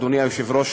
אדוני היושב-ראש,